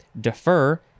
Defer